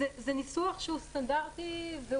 זה ניסוח סטנדרטי.